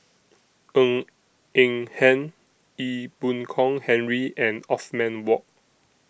Ng Eng Hen Ee Boon Kong Henry and Othman Wok